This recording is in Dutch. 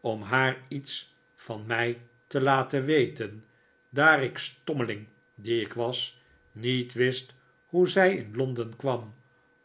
om haar iets van mij te laten weten daar ik stommeling die ik was niet wist hoe zij in londen kwam